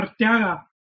Arteaga